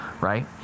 right